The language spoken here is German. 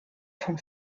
von